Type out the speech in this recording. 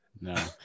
No